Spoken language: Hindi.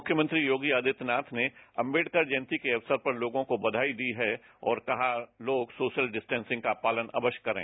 मुख्यमंत्री योगी आदित्यनाथ ने अंबेडकर जयंती के अवसर पर लोगों को बघाई दी है और कहा लोग सोशल डिस्टेंससिंग का पालन अवश्य करें